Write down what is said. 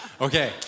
Okay